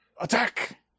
Attack